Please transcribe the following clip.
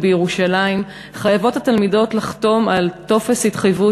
בירושלים חייבות התלמידות לחתום על טופס התחייבות,